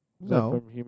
no